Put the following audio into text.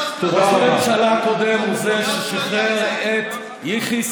ראש הממשלה הקודם הוא זה ששחרר את יחיא סנוואר.